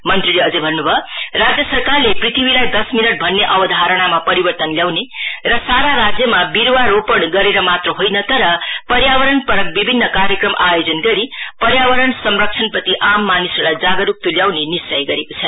मन्त्रीले अझै भन्न् भयो राज्य सरकारले पृथ्वीलाई दश मिनट भन्ने अवधारणामा परिवर्तन ल्याउने र सारा राज्यमा विरूवारोपण गरेर मात्र होइन तर पर्यावरणपरख विभिन्न कार्यक्रम आयोजना गरी पर्यावरण संरक्षणप्रति आम मानिसहरूलाई जागरूक तुल्याउन निश्चय गरेको छ